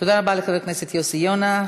תודה רבה לחבר הכנסת יוסי יונה.